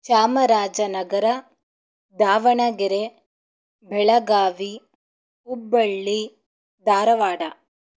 Chamarajanagar Davanagere Belagavi Hubballi Dharwad